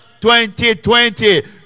2020